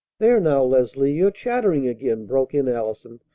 there, now, leslie, you're chattering again, broke in allison,